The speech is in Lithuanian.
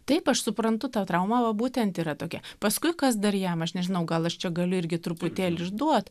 taip aš suprantu tą traumą va būtent yra tokia paskui kas dar jam aš nežinau gal aš čia galiu irgi truputėlį išduot